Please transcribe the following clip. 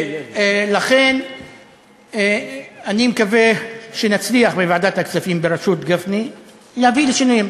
ולכן אני מקווה שנצליח בוועדת הכספים בראשות גפני להביא לשינויים.